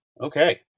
Okay